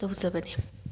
ꯇꯧꯖꯕꯅꯤ